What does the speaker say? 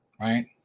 Right